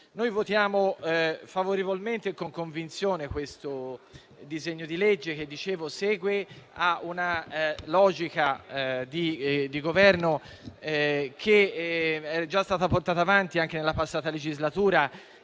Noi voteremo favorevolmente e con convinzione questo disegno di legge, che segue una logica di Governo già portata avanti nella passata legislatura